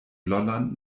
lolland